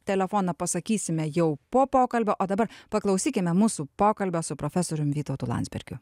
telefoną pasakysime jau po pokalbio o dabar paklausykime mūsų pokalbio su profesorium vytautu landsbergiu